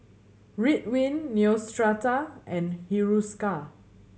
Ridwind Neostrata and Hiruscar